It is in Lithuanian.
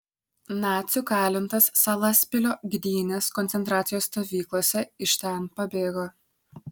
nacių kalintas salaspilio gdynės koncentracijos stovyklose iš ten pabėgo